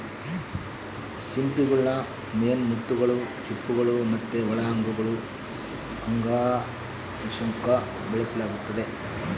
ಸಿಂಪಿಗುಳ್ನ ಮೇನ್ ಮುತ್ತುಗುಳು, ಚಿಪ್ಪುಗುಳು ಮತ್ತೆ ಒಳ ಅಂಗಗುಳು ಅಂಗಾಂಶುಕ್ಕ ಬೆಳೆಸಲಾಗ್ತತೆ